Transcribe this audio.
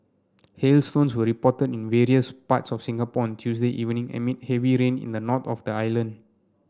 hailstones were reported in various parts of Singapore on Tuesday evening amid heavy rain in the north of the island